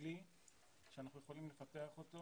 יש כלי שאנחנו יכולים לפתח אותו